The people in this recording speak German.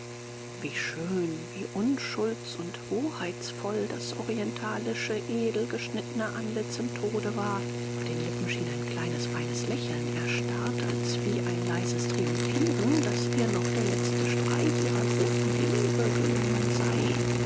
wie schön wie unschulds und hoheitsvoll das orientalische edel geschnittene antlitz im tode war auf den lippen schien ein kleines feines lächeln erstarrt als wie ein leises triumphieren daß ihr noch der letzte streich ihrer großen liebe gelungen sei